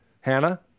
Hannah